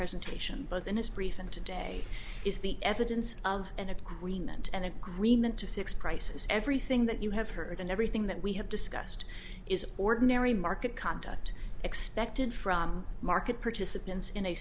presentation both in his briefing today is the evidence of an agreement an agreement to fix prices everything that you have heard and everything that we have discussed is ordinary market conduct expected from market participants in a